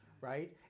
right